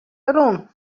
rûn